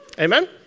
Amen